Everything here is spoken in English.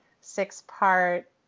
six-part